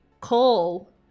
call